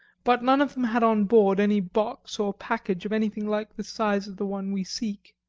but none of them had on board any box or package of anything like the size of the one we seek.